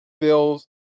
Bills